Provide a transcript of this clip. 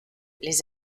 les